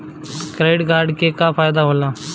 Credit card के का फायदा होला?